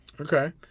Okay